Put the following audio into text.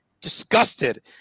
disgusted